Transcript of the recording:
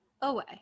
away